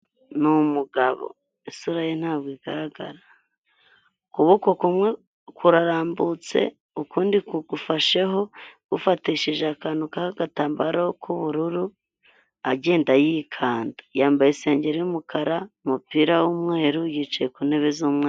Ni umugabo isura ye ntabwo igaragara, ukuboko kumwe kurarambutse ukundi kugufasheho gufatishije akantu k'agatambaro k'ubururu agenda yikanda, yambaye isengeri y'umukara, umupira w'umweru yicaye ku ntebe z'umweru.